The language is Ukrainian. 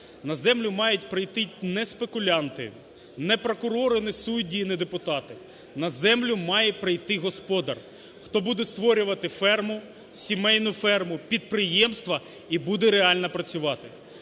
На землю мають прийти не спекулянти, не прокурори, не судді і не депутати. На землю має прийти господар, хто буде створювати ферму, сімейну ферму, підприємства і буде реально працювати.